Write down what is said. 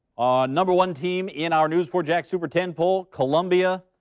number one team in our news four jax over ten poll columbia.